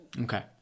Okay